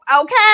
Okay